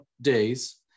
days